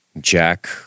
jack